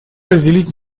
разделить